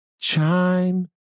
chime